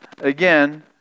Again